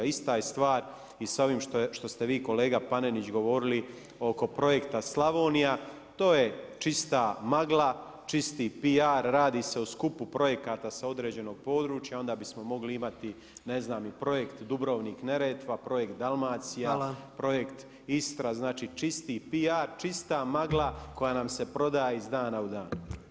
Ista je stvar i sa ovim što ste vi kolega Panenić govorili oko projekta „Slavonija“, to je čista magla, čisti PR, radi se o skupu projekata s određenog područja onda bi smo mogli imati, ne znam i projekt Dubrovnik-Neretva, projekt Dalmacija, projekt Istra, znači čisti PR, čista magla koja nam se prodaje iz dana u dan.